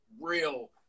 real